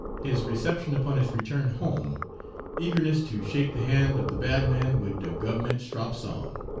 his reception upon his return home eagerness to shake the hand of the bad man wid de gub'ment strops on!